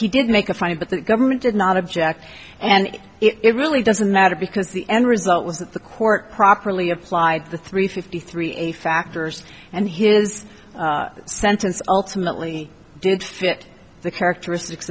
did make a funny the government did not object and it really doesn't matter because the end result was that the court properly applied the three fifty three a factors and his sentence ultimately did fit the characteristics